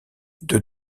deux